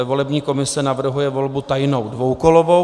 Volební komise navrhuje volbu tajnou dvoukolovou.